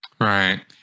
Right